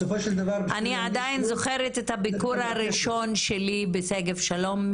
בסופו של דבר --- אני עדיין זוכרת את הביקור הראשון שלי בשגב שלום,